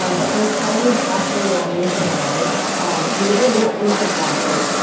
um but my colleague ashley lyons and i made a little infographic.